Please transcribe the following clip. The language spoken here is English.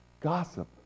Gossip